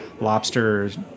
lobsters